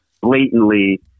blatantly